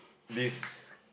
this